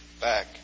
back